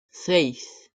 seis